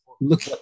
Look